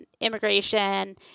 immigration